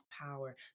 power